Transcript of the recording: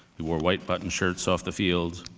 who wore white buttoned shirts off the field.